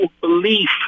belief